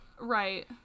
Right